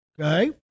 okay